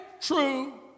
true